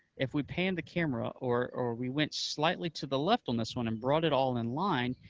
if we panned the camera or we went slightly to the left on this one, and brought it all in line,